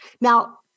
Now-